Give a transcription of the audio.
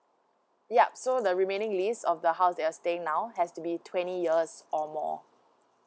yup so the remaining list of the house that you're staying now has to be twenty years or more